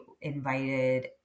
invited